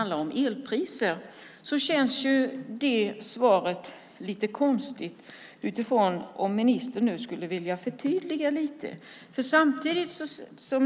Det svaret känns lite konstigt, och det vore bra om ministern ville förtydliga lite.